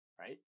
Right